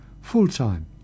full-time